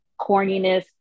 corniness